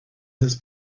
this